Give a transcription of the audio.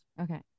Okay